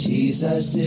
Jesus